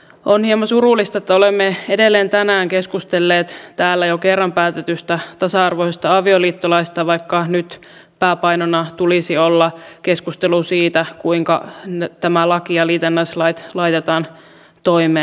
on hieman surullista että olemme edelleen tänään keskustelleet täällä jo kerran päätetystä tasa arvoisesta avioliittolaista vaikka nyt pääpainona tulisi olla keskustelu siitä kuinka tämä laki ja liitännäislait laitetaan toimeen